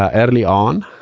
ah early on.